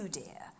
dear